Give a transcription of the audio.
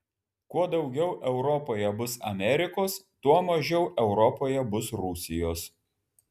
kuo daugiau europoje bus amerikos tuo mažiau europoje bus rusijos